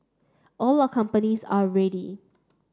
all our companies are ready